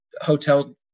hotel